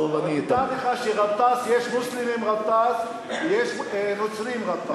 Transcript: דע לך שגטאס, יש מוסלמים גטאס ויש נוצרים גטאס.